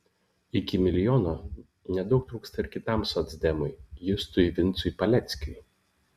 iki milijono nedaug trūksta ir kitam socdemui justui vincui paleckiui